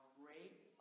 great